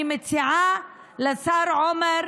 אני מציעה לשר עמר